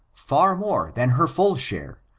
far more than her full share,